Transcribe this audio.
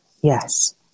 Yes